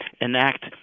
enact